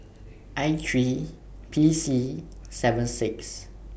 I three P C seven six